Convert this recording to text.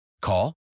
Call